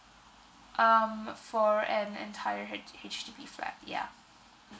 um for an entire H~ H_D_B flat yeah